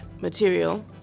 material